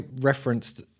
referenced